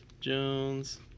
Jones